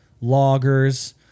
loggers